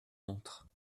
entrent